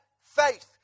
faith